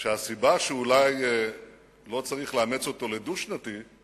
שהסיבה שאולי לא צריך לאמץ אותו כדו-שנתי היא